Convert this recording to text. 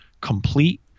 complete